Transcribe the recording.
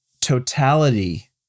totality